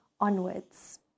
onwards